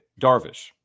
Darvish